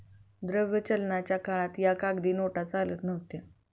द्रव्य चलनाच्या काळात या कागदी नोटा चालत नव्हत्या